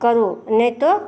करो नहीं तो